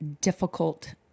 difficult